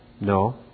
No